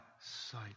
sight